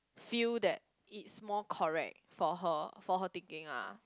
feel that is more correct for her for her thinking lah